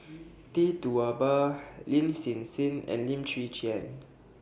Tee Tua Ba Lin Hsin Hsin and Lim Chwee Chian